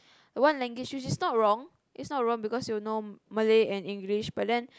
one language which is not wrong it's not wrong because you'll know Malay and English but then